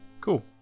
Cool